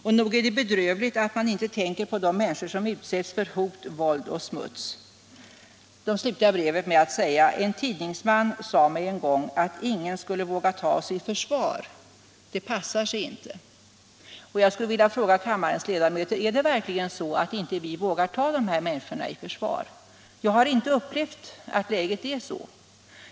Och nog är det bedrövligt att man inte tänker på de människor som utsätts för hot, våld och smuts. De slutar brevet med att säga: En tidningsman sade mig en gång att ingen skulle våga ta oss i försvar. Det passar sig inte. Jag skulle vilja fråga kammarens ledamöter: Är det verkligen så, att vi inte vågar ta de här människorna i försvar? Jag har inte upplevt att läget är sådant.